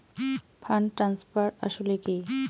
Fund transfer আসলে কী?